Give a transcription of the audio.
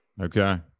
Okay